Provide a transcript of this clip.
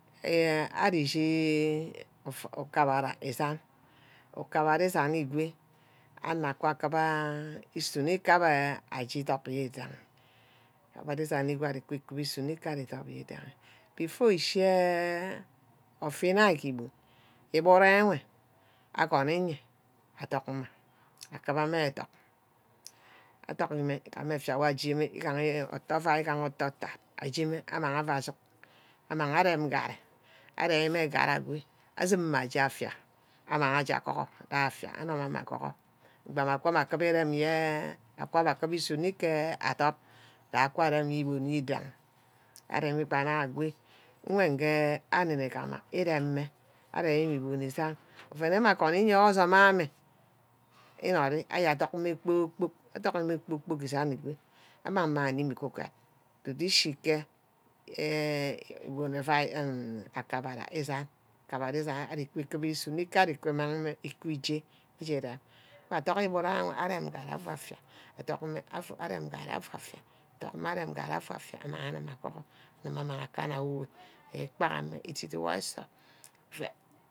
Enh ari ishi-akabara isan, ukabara îsaní ígwe anor aka kuba îsonr îje iduck owidangha. akibara iseni ígo ari íke sunnor îkiba ìduck owídangha. befor eshi enh offe înine ke igbon. íburo were nye agwen íye adunck mma. akiba mme aduck. aduck mme. igame efia wor ajeme uto avia. mme igaha utto atat ajeme amang ouu ajug. amag arem garri areme garri ago. asume mme aje afía amang aje aguhu ke affía. anume aguhu ebeme akaba kube. akibe usune ke adop. aka rem îgboni ewi'danghi. aremi bana agwe. nwen nge arigama îremme. arùni ígbon esan. abe mme agoni iyuwor asume ame. înori aje aduck mme bor-buck. aduck mme bor-buck esan ego amang mme animi ke uget du-du Eshí ke igbone effia mmm akibara esan. akibaraesani. ari eke usunor kuber ari uku umang mme íje. auu aua adug igburu awor aje affîa. aduck mme arem ngarriawo afu affia. aduck mme arem ngarri afu affia amang mme aguru amang akana awini. ikpiama idit wor ke nsort